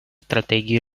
стратегии